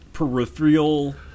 peripheral